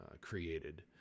created